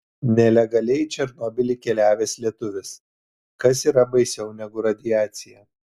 nelegaliai į černobylį keliavęs lietuvis kas yra baisiau negu radiacija